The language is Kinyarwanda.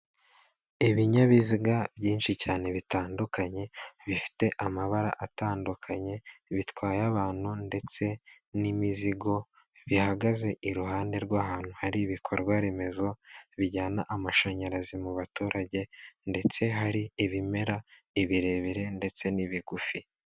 Ibinyabiziga byinshi cyane bitandukanye bifite amabara atandukanye bitwaye abantu ndetse n'imizigo bihagaze iruhande rw'ahantu hari ibikorwaremezo bijyana amashanyarazi mu baturage ndetse hari ibimera birebire ndetse n'ibigufi.